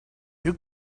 you